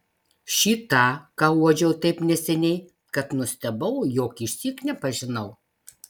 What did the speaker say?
šį tą ką uodžiau taip neseniai kad nustebau jog išsyk nepažinau